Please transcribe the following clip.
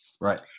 Right